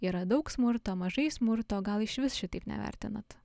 yra daug smurto mažai smurto gal išvis šitaip nevertinat